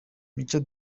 mico